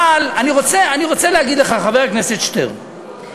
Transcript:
אבל אני רוצה להגיד לך, חבר הכנסת שטרן,